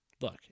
look